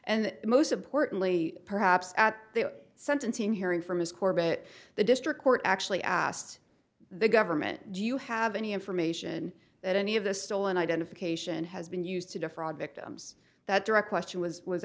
and most importantly perhaps at the sentencing hearing from his corbett the district court actually asked the government do you have any information that any of the stolen identification has been used to defraud victims that direct question was was